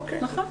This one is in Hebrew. אוקיי.